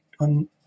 on